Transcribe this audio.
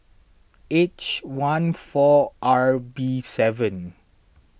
H one four R B seven